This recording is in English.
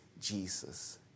Jesus